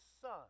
son